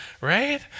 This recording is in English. right